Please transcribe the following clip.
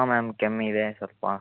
ಹಾಂ ಮ್ಯಾಮ್ ಕೆಮ್ಮಿದೆ ಸ್ವಲ್ಪ